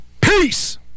Peace